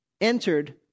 entered